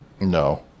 No